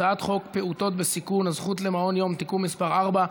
הצעת חוק פעוטות בסיכון (הזכות למעון יום) (תיקון מס' 4),